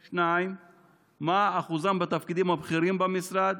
2. מה אחוזם בתפקידים הבכירים במשרד?